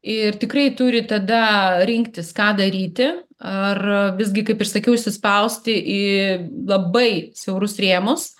ir tikrai turi tada rinktis ką daryti ar visgi kaip ir sakiau įsispausti į labai siaurus rėmus